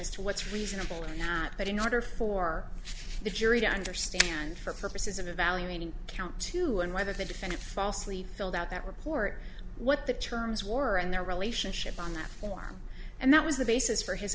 as to what's reasonable or not but in order for the jury to understand for purposes of evaluating count two and whether the defendant falsely filled out that report what the terms were and their relationship on that form and that was the basis for his